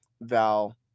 val